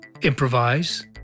improvise